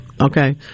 Okay